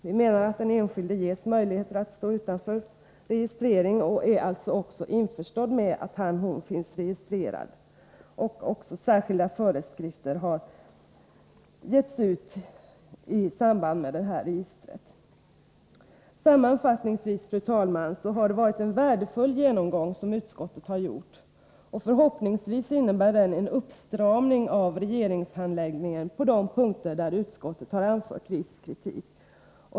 Vi menar att den enskilde ges möjligheter att stå utanför registrering och alltså därmed är införstådd med att han/hon finns registrerad. Särskilda föreskrifter har också getts ut i anslutning till detta register. Sammanfattningsvis, fru talman, har det varit en värdefull genomgång som utskottet har gjort, och förhoppningsvis innebär den en uppstramning av regeringshandläggningen på de punkter där utskottet har anfört viss kritik.